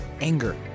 anger